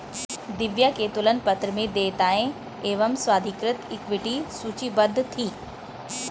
दिव्या के तुलन पत्र में देयताएं एवं स्वाधिकृत इक्विटी सूचीबद्ध थी